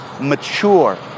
mature